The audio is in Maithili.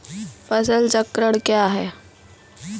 फसल चक्रण कया हैं?